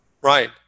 right